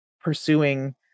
pursuing